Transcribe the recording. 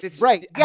right